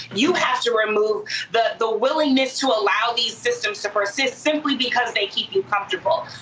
you have to remove the the willingness to allow these systems to persist simply because they keep you comfortable.